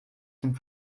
dem